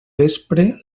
vespre